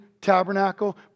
tabernacle